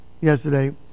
yesterday